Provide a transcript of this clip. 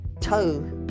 toe